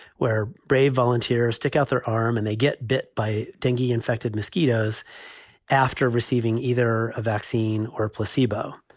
where brave volunteers take out their arm and they get bit by tinky infected mosquitoes after receiving either a vaccine or a placebo.